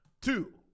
Two